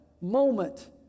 moment